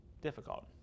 difficult